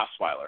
Osweiler